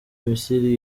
misiri